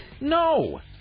no